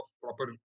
proper